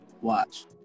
watch